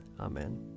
Amen